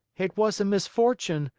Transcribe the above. it was a misfortune.